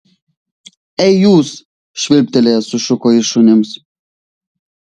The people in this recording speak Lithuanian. ei jūs švilptelėjęs sušuko jis šunims